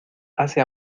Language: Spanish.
hace